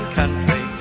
country